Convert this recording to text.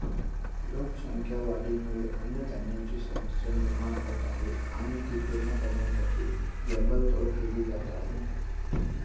लोकसंख्या वाढीमुळे अन्नधान्याची समस्या निर्माण होत आहे आणि ती पूर्ण करण्यासाठी जंगल तोड केली जात आहे